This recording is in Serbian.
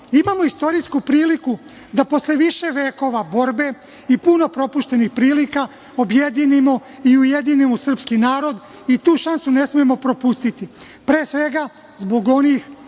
imamo istorijsku priliku da posle više vekova borbe i puno propuštenih prilika objedinemo i ujedinimo srpski narod i tu šansu ne smemo propustiti. Pre svega, zbog onih